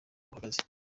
buhagaze